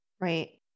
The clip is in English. Right